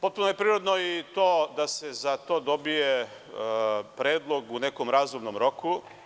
Potpuno je prirodno i to da se za to dobije predlog nekom razumnom roku.